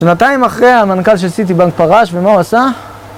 שנתיים אחרי, המנכ״ל של סיטי בנק פרש, ומה הוא עשה?